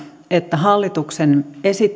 että hallituksen